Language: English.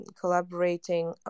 collaborating